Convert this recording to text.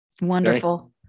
Wonderful